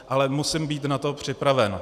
Ale musím být na to připraven.